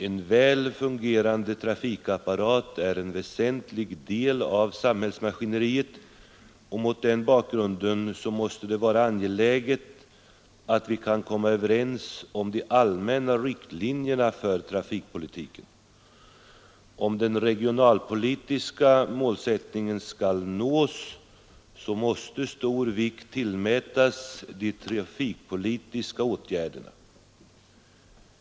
En väl fungerande trafikapparat är en väsentlig del av samhällsmaskineriet, och mot den bakgrunden måste det vara angeläget att vi kan komma överens om de allmänna riktlinjerna för trafikpolitiken. Om den regionalpolitiska målsättningen skall nås, måste stor vikt tillmätas de trafikpolitiska åtgärderna.